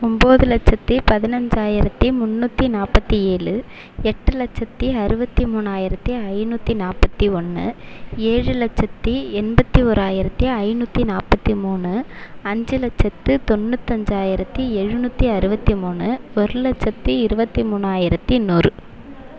ஒம்பது லட்சத்து பதினைஞ்சாயிரத்தி முன்னூற்றி நாற்பத்தி ஏழு எட்டு லட்சத்து அறுபத்தி மூணாயிரத்து ஐநூற்றி நாற்பத்தி ஒன்று ஏழு லட்சத்து எண்பத்து ஓராயிரத்து ஐநூற்றி நாற்பத்தி மூணு அஞ்சு லட்சத்து தொண்ணூற்று அஞ்சாயிரத்து எழுநூற்றி அறுபத்தி மூணு ஒரு லட்சத்து இருபத்தி மூணாயிரத்து நூறு